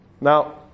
Now